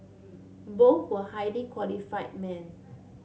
both were highly qualified men